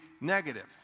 negative